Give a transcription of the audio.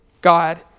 God